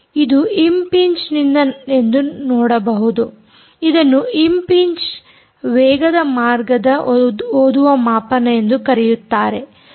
ಇದು ಇಂಪ್ ಪಿಂಚ್ ನಿಂದ ಎಂದು ನೋಡಬಹುದು ಇದನ್ನು ಇಂಪ್ ಪಿಂಚ್ ವೇಗದ ಮಾರ್ಗದ ಓದುವ ಮಾಪನ ಎಂದು ಕರೆಯುತ್ತಾರೆ